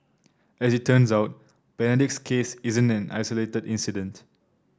as it turns out Benedict's case isn't an isolated incident